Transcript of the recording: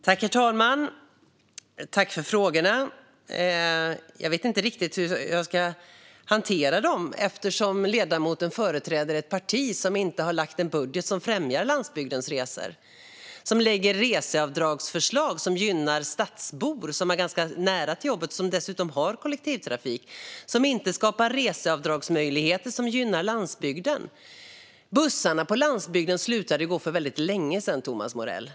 Herr talman! Jag tackar för frågorna. Jag vet inte riktigt hur jag ska hantera dem eftersom ledamoten företräder ett parti som inte har lagt fram en budget som främjar landsbygdens resor och som lägger fram förslag om reseavdrag som gynnar stadsbor som har ganska nära till jobbet, och som dessutom har kollektivtrafik, men som inte gynnar landsbygden. Bussarna på landsbygden slutade gå för väldigt länge sedan, Thomas Morell.